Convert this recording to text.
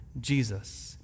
Jesus